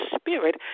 Spirit